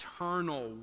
eternal